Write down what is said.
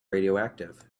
radioactive